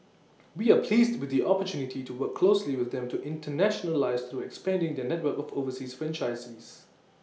we are pleased with the opportunity to work closely with them to internationalise through expanding their network of overseas franchisees